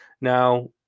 now